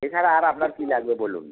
এছাড়া আর আপনার কী লাগবে বলুন